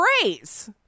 phrase